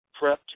prepped